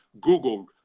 Google